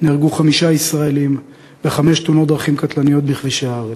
נהרגו חמישה ישראלים בחמש תאונות דרכים קטלניות בכבישי הארץ: